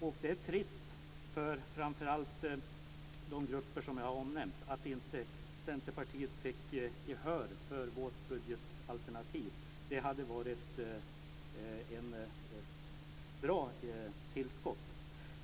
Och det är trist för framför allt de grupper som jag har omnämnt att vi i Centerpartiet inte fick gehör för vårt budgetalternativ. Det hade varit ett bra tillskott.